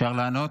אפשר לענות?